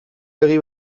begi